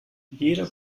jeder